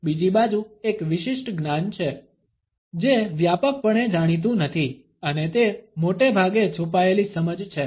બીજી બાજુ એક વિશિષ્ટ જ્ઞાન છે જે વ્યાપકપણે જાણીતું નથી અને તે મોટે ભાગે છુપાયેલી સમજ છે